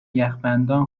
یخبندان